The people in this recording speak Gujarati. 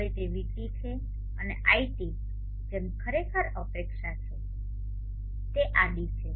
હવે તે vT છે અને iT જેમ ખરેખર અપેક્ષા છે તે આડી છે